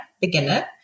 beginner